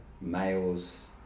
males